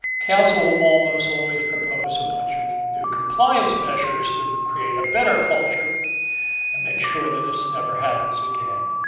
council will almost always almost propose a bunch of new compliance measures to create a better culture and make sure that this never happens again.